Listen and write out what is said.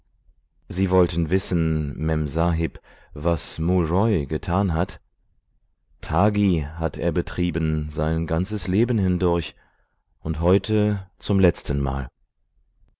sie wollten wissen memsahib was mool roy getan hat thagi hat er betrieben sein ganzes leben hindurch und heute zum letztenmal